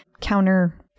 counter